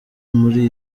muri